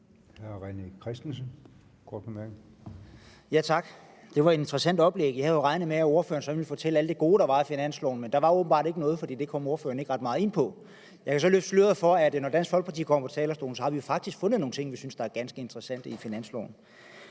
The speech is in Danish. René Christensen (DF): Tak. Det var et interessant oplæg. Jeg havde jo regnet med, at ordføreren ville fortælle om alt det gode, der var i finansloven, men der er åbenbart ikke noget, for det kom ordføreren ikke ret meget ind på. Jeg kan så løfte sløret for, at når Dansk Folkeparti kommer på talerstolen, vil vi fortælle om nogle ganske interessante ting, som vi har fundet i finansloven.